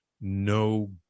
no